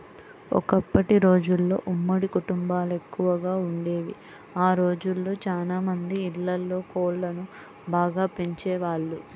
ఒకప్పటి రోజుల్లో ఉమ్మడి కుటుంబాలెక్కువగా వుండేవి, ఆ రోజుల్లో చానా మంది ఇళ్ళల్లో కోళ్ళను బాగా పెంచేవాళ్ళు